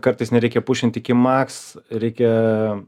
kartais nereikia pušint iki maks reikia